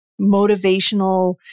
motivational